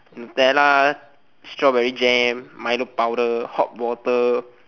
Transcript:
nutella strawberry jam milo powder hot water